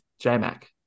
J-Mac